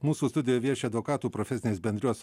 mūsų studijoje vieši advokatų profesinės bendrijos